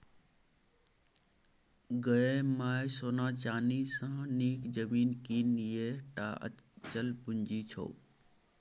गै माय सोना चानी सँ नीक जमीन कीन यैह टा अचल पूंजी छौ